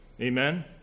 Amen